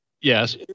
yes